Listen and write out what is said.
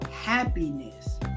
happiness